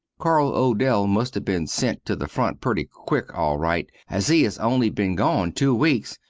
carl odell must have been sent to the front pretty quick al-rite as he has only been gone too weaks,